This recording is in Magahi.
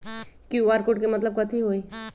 कियु.आर कोड के मतलब कथी होई?